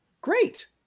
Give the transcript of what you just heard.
great